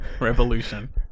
revolution